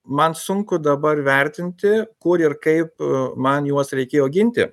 man sunku dabar vertinti kur ir kaip man juos reikėjo ginti